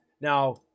Now